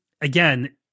again